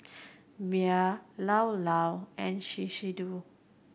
Bia Llao Llao and Shiseido